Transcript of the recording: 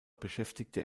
beschäftigte